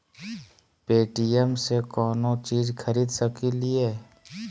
Paytm से कौनो चीज खरीद सकी लिय?